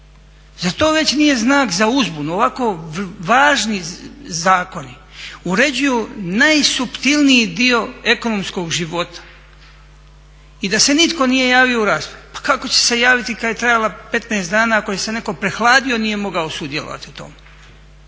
Zar to već nije znak za uzbunu? Ovako važni zakoni uređuju najsuptilniji dio ekonomskog života i da se nitko nije javio u raspravi. Pa kako će se i javiti kada je trajala 15 dana, ako se je netko prehladio nije mogao sudjelovati u tome.